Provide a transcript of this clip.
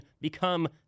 become